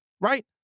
right